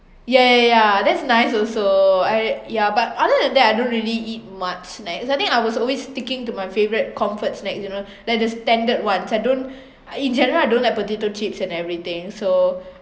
ya ya ya that's nice also I yeah but other than that I don't really eat much snacks I think I was always sticking to my favourite comfort snack you know like the standard ones I don't in general I don't like potato chips and everything so